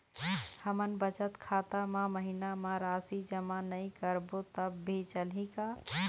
हमन बचत खाता मा महीना मा राशि जमा नई करबो तब भी चलही का?